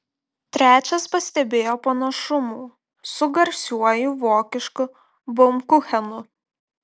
trečias pastebėjo panašumų su garsiuoju vokišku baumkuchenu